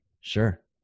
Sure